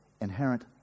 Inherent